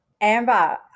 Amber